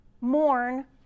Mourn